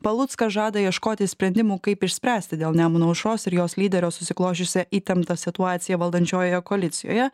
paluckas žada ieškoti sprendimų kaip išspręsti dėl nemuno aušros ir jos lyderio susiklosčiusią įtemptą situaciją valdančiojoje koalicijoje